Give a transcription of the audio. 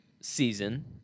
season